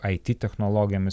it technologijomis